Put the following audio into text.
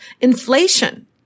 inflation